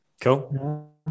cool